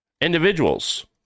individuals